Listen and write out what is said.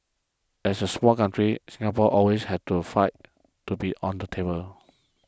as a small country Singapore always has to fight to be on the table